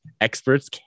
experts